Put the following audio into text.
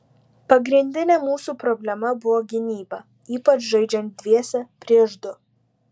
pagrindinė mūsų problema buvo gynyba ypač žaidžiant dviese prieš du